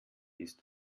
ist